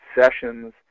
sessions